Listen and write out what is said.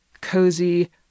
cozy